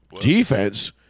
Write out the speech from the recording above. defense